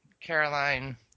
Caroline